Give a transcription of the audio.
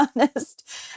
honest